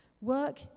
Work